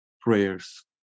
prayers